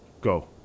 Go